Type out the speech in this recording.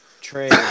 trade